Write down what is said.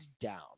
down